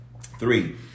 three